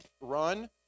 run